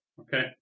Okay